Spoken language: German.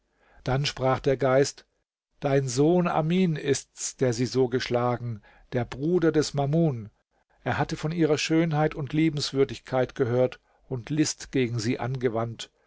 dann sprach der geist dein sohn amin ist's der sie so geschlagen der bruder des mamun er hatte von ihrer schönheit und liebenswürdigkeit gehört und list gegen sie angewandt